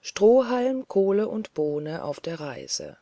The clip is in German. strohhalm kohle und bohne auf der reise